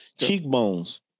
cheekbones